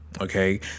Okay